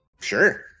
Sure